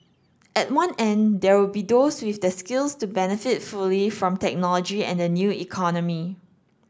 at one end there will be those with the skills to benefit fully from technology and the new economy